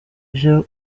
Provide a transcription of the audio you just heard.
vyo